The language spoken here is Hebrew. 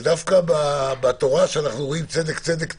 שדווקא בתורה, כשכתוב "צדק צדק תרדוף",